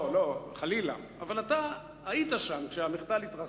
לא, חלילה, אבל אתה היית שם כשהמחדל התרחש.